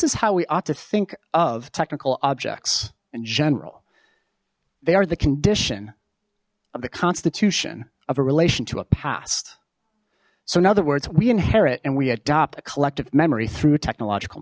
is how we ought to think of technical objects in general they are the condition of the constitution of a relation to a past so in other words we inherit and we adopt a collective memory through technological